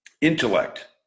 intellect